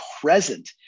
present